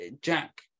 Jack